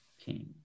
king